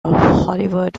hollywood